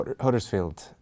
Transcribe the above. Huddersfield